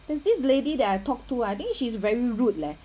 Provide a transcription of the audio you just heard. there's this lady that I talked to I think she's very rude leh